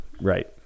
right